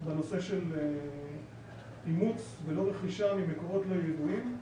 בנושא של אימוץ ולא רכישה ממקורות לא ידועים,